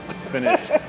finished